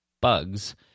bugs